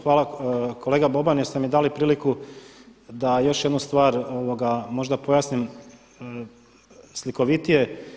Hvala kolega Boban jer ste mi dali priliku da još jednu stvar možda pojasnim slikovitije.